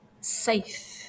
safe